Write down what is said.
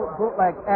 bootleg